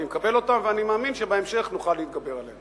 אני מקבל אותן ואני מאמין שבהמשך נוכל להתגבר עליהן.